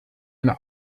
eine